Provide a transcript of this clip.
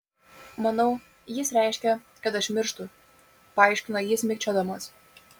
manau jis reiškia kad aš mirštu paaiškino jis mikčiodamas